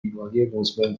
بیماریمزمن